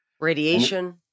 radiation